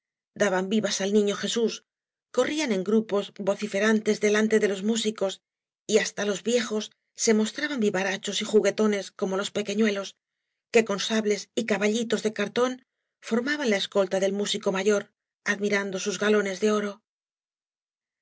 daban vivas al niño jegús corrían en grupos vociferantes delante de lo músicos y hasta los viejos se mostraban vivarachos y juguetones como los pequeñuelos que con sablee y caballitos de cartón formaban a escolta del músico mayor admirando sus galonee de oro la